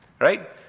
right